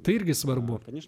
tai irgi svarbu penius